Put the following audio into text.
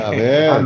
Amém